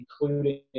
including